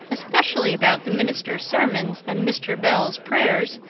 especially about the minister's sermons and mr. bell's prayers,